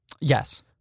Yes